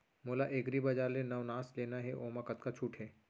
मोला एग्रीबजार ले नवनास लेना हे ओमा कतका छूट हे?